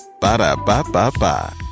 Ba-da-ba-ba-ba